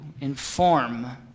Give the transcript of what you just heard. inform